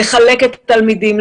לחלק את התלמידים,